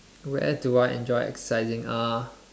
where do I enjoy exercising uh